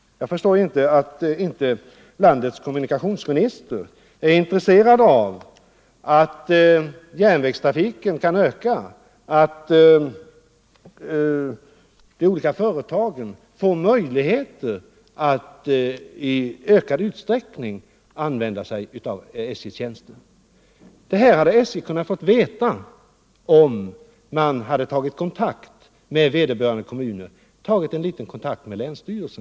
Jag förstår inte att 53 inte landets kommunikationsminister är intresserad av att järnvägstrafiken kan öka, att de olika företagen får möjligheter att i ökad utsträckning använda sig av SJ:s tjänster. Det behovet hade SJ kunnat få reda på om man hade tagit kontakt med vederbörande kommuner eller t.ex. med länsstyrelsen.